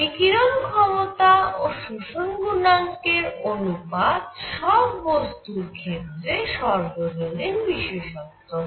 বিকিরণ ক্ষমতা ও শোষণ গুণাঙ্কের অনুপাত সব বস্তুর ক্ষেত্রে সর্বজনীন বিশেষত্ব হয়